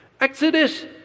Exodus